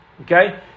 Okay